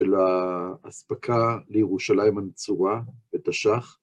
של ההספקה לירושלים הנצורה בתש"ח.